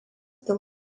dėl